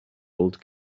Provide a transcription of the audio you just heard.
old